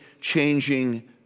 changing